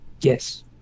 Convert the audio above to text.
Yes